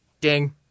Ding